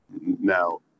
Now